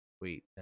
wait